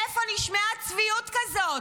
איפה נשמעה צביעות כזאת?